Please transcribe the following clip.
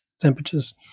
temperatures